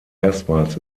erstmals